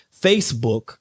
Facebook